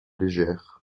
légères